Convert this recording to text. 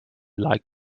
like